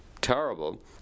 terrible